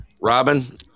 Robin